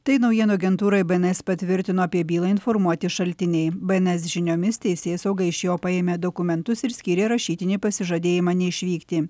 tai naujienų agentūrai b en es patvirtino apie bylą informuoti šaltiniai b en es žiniomis teisėsauga iš jo paėmė dokumentus ir skyrė rašytinį pasižadėjimą neišvykti